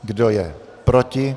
Kdo je proti?